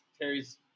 Terry's